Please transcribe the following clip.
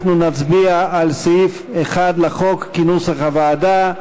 אנחנו נצביע על סעיף 1 לחוק כנוסח הוועדה.